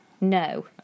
No